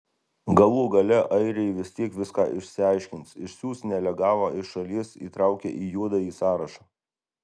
galų gale airiai vis tiek viską išsiaiškins išsiųs nelegalą iš šalies įtraukę į juodąjį sąrašą